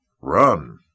Run